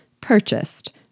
purchased